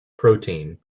protein